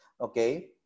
okay